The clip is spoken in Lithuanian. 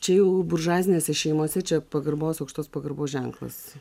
čia jau buržuazinėse šeimose čia pagarbos aukštos pagarbos ženklas